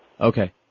Okay